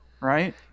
right